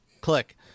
click